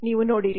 ನೀವು ನೋಡಿರಿ